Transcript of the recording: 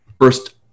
first